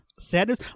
Sadness